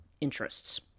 interests